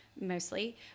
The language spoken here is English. mostly